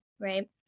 right